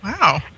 Wow